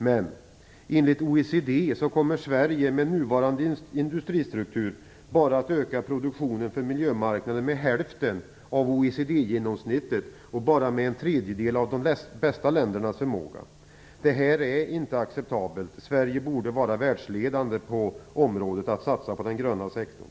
Men enligt OECD kommer Sverige med nuvarande industristruktur bara att öka produktionen för miljömarknaden med hälften av OECD-genomsnittet och bara med en tredjedel av de bästa ländernas förmåga. Det här är inte acceptabelt. Sverige borde vara världsledande på satsningar på den gröna sektorn.